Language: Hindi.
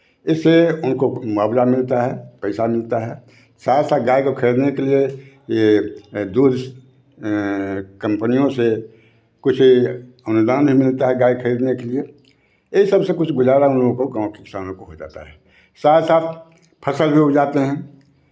इससे उनको मुआवज़ा मिलता है पैसा मिलता है साथ साथ गाय को खरीदने के लिए ये दूध कम्पनियों से कुछ अनुदान भी मिलता है गाय खरीदने के लिए यही सब से कुछ गुज़ारा उन लोगों को गाँव किसानों को हो जाता है साथ साथ फसल भी उपजाते हैं